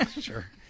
sure